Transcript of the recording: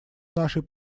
нашей